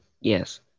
Yes